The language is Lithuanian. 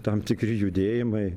tam tikri judėjimai